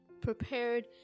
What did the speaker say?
prepared